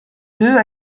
deux